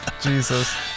Jesus